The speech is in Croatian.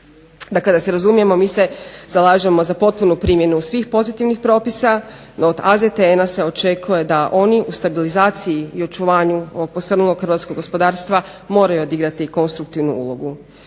Dakle, da se razumijemo mi se zalažemo za potpunu primjenu svih pozitivnih propisa, no od AZTN-a se očekuje da oni u stabilizaciji i očuvanju ovog posrnulog hrvatskog gospodarstva moraju odigrati konstruktivnu ulogu.